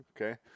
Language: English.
Okay